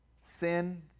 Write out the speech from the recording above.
sin